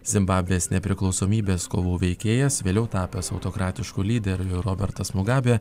zimbabvės nepriklausomybės kovų veikėjas vėliau tapęs autokratišku lyderiu robertas mugabė